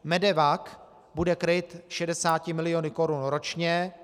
MEDEVAC bude kryt 60 miliony korun ročně.